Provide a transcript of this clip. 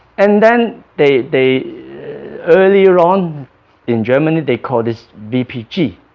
and then they they earlier on in germany they call this vpg,